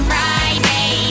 Friday